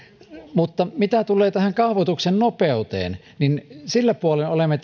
mitä tulee kaavoituksen nopeuteen niin sillä puolella olemme